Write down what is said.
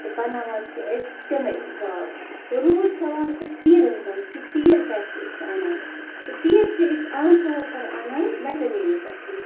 تہٕ بَناوان چھِ أسۍ تِمَے گاوٕ تہٕ روٗد سوال تہٕ تیٖرَن ہُنٛد کہِ تیٖر کَتہِ چھِ أسۍ اَنان تہٕ تیٖر چھِ أسۍ عام طور پَر اَنان ویٚٹَنٔری پٮ۪ٹھٕے